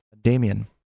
damien